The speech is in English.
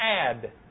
add